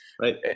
right